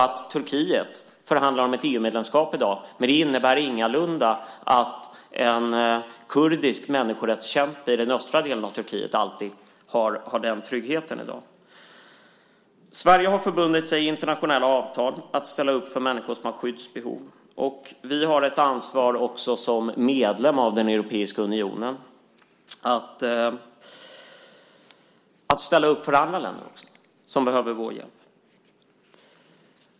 Turkiet förhandlar om ett EU-medlemskap i dag, men det innebär ingalunda att en kurdisk människorättskämpe i den östra delen av Turkiet alltid har den tryggheten i dag. Sverige har förbundit sig i internationella avtal att ställa upp för människor som har skyddsbehov, och vi har ett ansvar också som medlem av den europeiska unionen att ställa upp för andra länder som behöver vår hjälp.